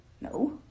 No